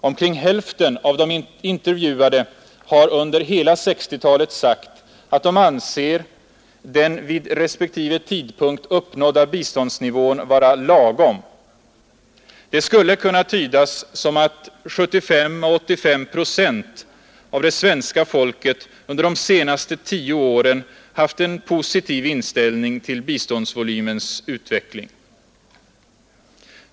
Omkring hälften av de intervjuade har under hela 1960-talet sagt att de anser den vid respektive tidpunkt uppnådda biståndsnivån vara lagom. Det skulle kunna tydas som att 75—85 procent av det svenska folket under de senaste tio åren har haft en positiv inställning till biståndsvolymens utveckling.